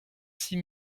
six